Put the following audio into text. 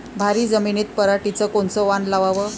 भारी जमिनीत पराटीचं कोनचं वान लावाव?